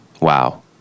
Wow